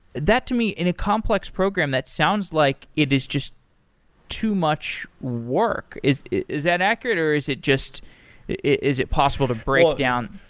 that to me, in a complex program, that sounds like it is just too much work. is is that accurate, or is it just is it possible to break down?